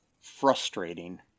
Frustrating